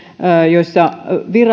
joissa